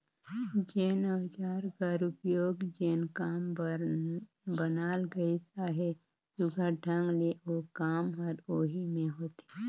जेन अउजार कर उपियोग जेन काम बर बनाल गइस अहे, सुग्घर ढंग ले ओ काम हर ओही मे होथे